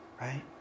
right